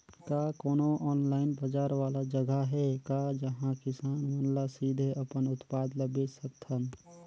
का कोनो ऑनलाइन बाजार वाला जगह हे का जहां किसान मन ल सीधे अपन उत्पाद ल बेच सकथन?